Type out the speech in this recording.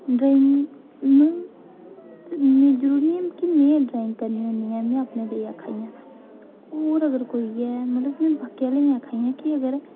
drawing इ'यां इ'यां जरुरी नेई है कि में ड्राइंग करनी होन्नी आं में अपने ताईं आखै करनी आं होर अगर कोई ऐ मतलब में बाकी आह्लें गी बी आखनी ऐ